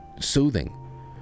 soothing